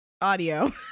audio